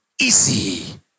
easy